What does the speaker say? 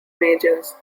majors